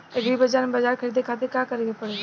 Agri बाज़ार से समान ख़रीदे खातिर का करे के पड़ेला?